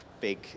big